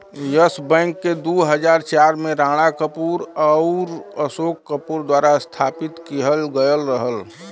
yes Bank के दू हज़ार चार में राणा कपूर आउर अशोक कपूर द्वारा स्थापित किहल गयल रहल